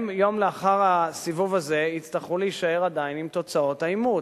יום לאחר הסיבוב הזה הם יצטרכו להישאר עדיין עם תוצאות העימות,